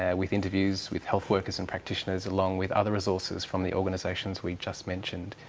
ah with interviews with health workers and practitioners along with other resources from the organisations we've just mentioned.